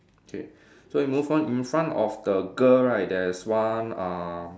okay so we move on in front of the girl right there's one uh